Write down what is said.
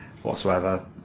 whatsoever